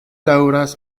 daŭras